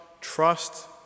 trust